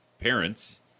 parents